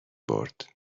برد